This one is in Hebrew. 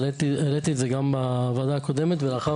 אבל העליתי את זה גם בוועדה הקודמת ולאחר